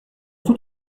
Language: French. tout